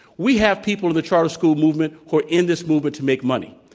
we have people in the charter school movement who are in this movement to make money.